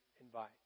invite